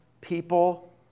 people